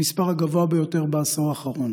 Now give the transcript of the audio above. המספר הגבוה ביותר בעשור האחרון.